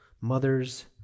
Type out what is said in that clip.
mother's